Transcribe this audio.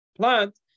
plant